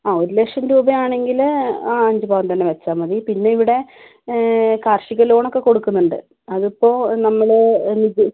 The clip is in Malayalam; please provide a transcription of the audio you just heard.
ആ ഒരു ലക്ഷം രൂപയാണെങ്കിൽ ആ അഞ്ച് പവൻ തന്നെ വച്ചാൽ മതി പിന്നെ ഇവിടെ കാർഷിക ലോണൊക്കെ കൊടുക്കുന്നുണ്ട് അതിപ്പോൾ നമ്മൾ